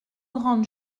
grande